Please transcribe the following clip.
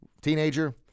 teenager